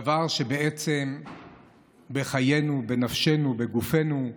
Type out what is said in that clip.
דבר שבעצם הוא בחיינו, בנפשנו ובגופנו.